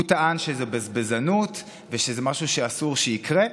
הוא טען שזו בזבזנות ושזה משהו שאסור שיקרה.